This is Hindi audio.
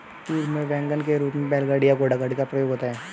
पूर्व में वैगन के रूप में बैलगाड़ी या घोड़ागाड़ी का प्रयोग होता था